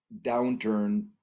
downturn